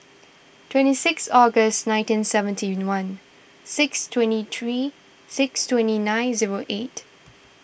twenty six August nineteen seventy one six twenty three twenty nine zero eight